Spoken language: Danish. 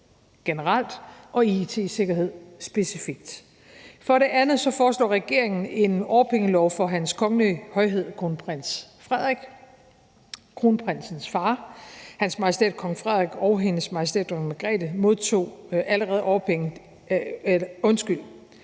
generelt og it-sikkerhed specifikt. For det andet foreslår regeringen en årpengelov for Hans Kongelige Højhed Kronprins Christian. Kronprinsens far, Hans Majestæt Kong Frederik, og Hendes Majestæt Dronning Margrethe modtog allerede årpenge, da de